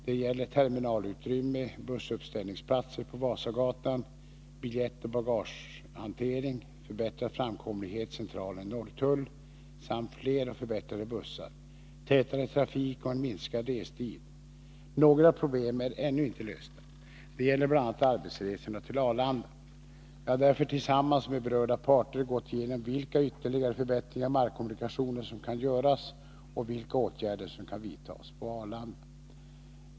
Det gäller terminalutrymme, bussuppställningsplatser på Vasagatan, biljettoch bagagehantering, förbättrad framkomlighet Centralen-Norrtull samt fler och förbättrade bussar, tätare trafik och en minskad restid. Några problem är ännu inte lösta. Det gäller bl.a. arbetsresorna till Arlanda. Jag har därför tillsammans med berörda parter gått igenom vilka ytterligare förbättringar av markkommunikationerna som kan göras och vilka åtgärder som kan vidtas på Arlanda.